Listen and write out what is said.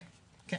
כן.